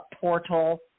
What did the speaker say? portal